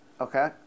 Okay